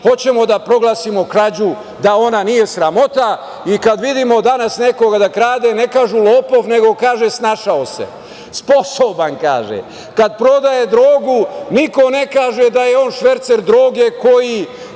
hoćemo da proglasimo krađu da ona nije sramota. I, kada vidimo danas nekoga da krade, ne kažu lopov, nego kažu snašao se. Sposoban, kaže. Kada prodaje drogu, niko ne kaže da je on švercer droge koji